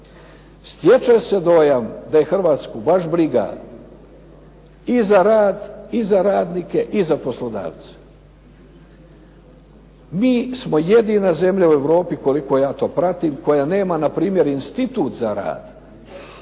Stječe se dojam da je Hrvatsku baš briga i za rad i za radnike i za poslodavce. Mi smo jedina zemlja u Europi koliko ja to pratim koja nema na primjer institut za rad,